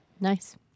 Nice